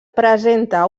presenta